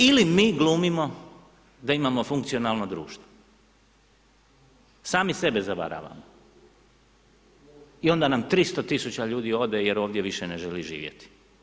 Ili mi glumimo da imamo funkcionalno društvo, sami sebe zavaravamo i onda nam 300 000 ljudi ode jer ovdje više ne želi živjeti.